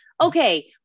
okay